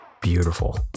beautiful